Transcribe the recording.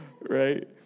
right